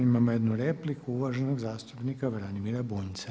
Imamo jednu repliku uvaženog zastupnika Branimira Bunjca.